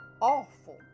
awful